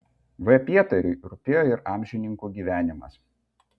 v pietariui rūpėjo ir amžininkų gyvenimas